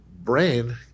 brain